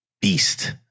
beast